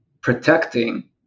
protecting